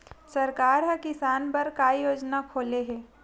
सरकार ह किसान बर का योजना खोले हे?